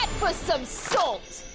for some salt!